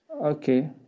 Okay